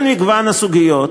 במגוון הסוגיות